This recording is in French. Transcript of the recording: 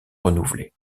renouvelé